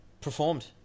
Performed